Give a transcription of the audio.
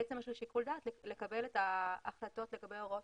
בעצם יש לו שיקול דעת לקבל את ההחלטות לגבי הוראות